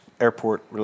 airport